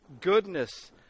goodness